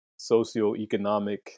socioeconomic